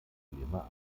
probleme